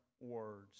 words